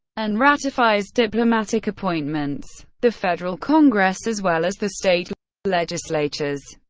and ratifies diplomatic appointments. the federal congress, as well as the state legislatures,